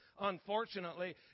Unfortunately